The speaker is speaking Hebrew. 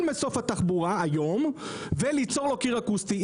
מסוף התחבורה היום וליצור לו קיר אקוסטי.